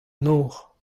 nor